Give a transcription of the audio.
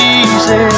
easy